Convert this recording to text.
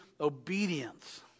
obedience